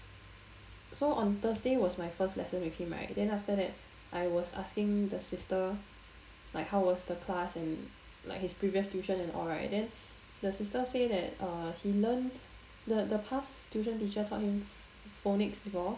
so on thursday was my first lesson with him right then after that I was asking the sister like how was the class and like his previous tuition and all right then the sister say that uh he learned like the the past tuition teacher taught him phonics before